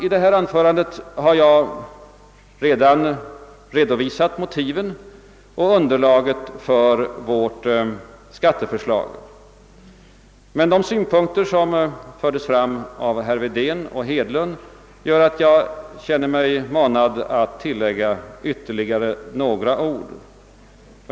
I detta anförande har jag redan redovisat motiven och underlaget för vårt skatteförslag, men de synpunkter som framfördes av herrar Wedén och Hedlund gör att jag känner mig manad att tillägga ytterligare några ord.